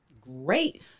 great